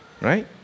Right